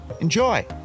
Enjoy